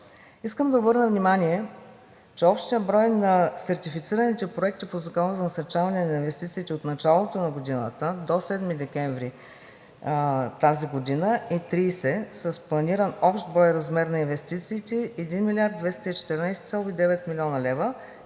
Искам да обърна внимание, че общият брой на сертифицираните проекти по Закона за насърчаване на инвестициите от началото на годината до 7 декември тази година е 30 с планиран общ брой размер на инвестициите – 1 млрд. 214,9 млн. лв., и